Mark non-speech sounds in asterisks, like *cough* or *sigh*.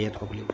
*unintelligible*